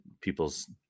people's